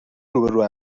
روبرو